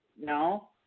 No